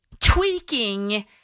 tweaking